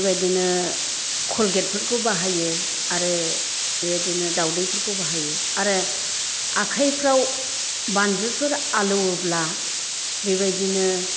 बेबायदिनो कलगेटफोरखौ बाहायो आरो बेबायदिनो दावदैफोरखौ बाहायो आरो आखायफ्राव बानजुफोर आलौवोब्ला बेबायदिनो